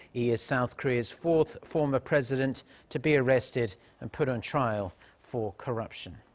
lee is south korea's fourth former president to be arrested and put on trial for corruption.